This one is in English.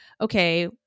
okay